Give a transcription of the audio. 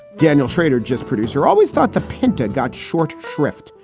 daniel shrader, just producer, always thought the pentagon short shrift,